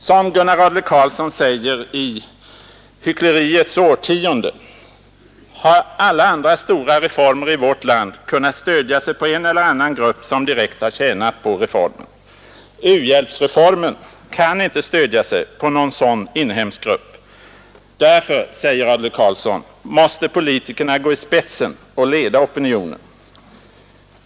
Som Gunnar Adler-Karlsson säger i ”Hyckleriets årtionde” har alla andra stora reformer i vårt land kunnat stödja sig på en eller annan grupp, som direkt har tjänat på reformen. U-hjälpsreformen kan inte stödja sig på någon sådan inhemsk grupp. Därför, säger Adler-Karlsson, ”måste politikerna gå i spetsen och leda opinionen”.